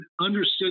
understood